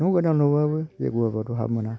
न' गोदान लुबाबो जैग्य' होआबाथ' हाबनो मोना